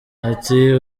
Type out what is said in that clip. ati